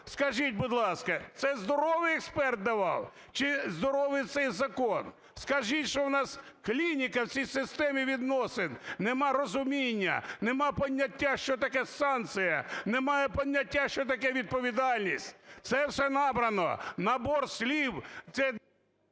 Скажіть, будь ласка, це здоровий експерт давав чи здоровий цей закон. Скажіть, що у нас клініка в цій системі відносин, нема розуміння, нема поняття, що таке санкція, немає поняття, що таке відповідальність. Це все набрано, набор слів…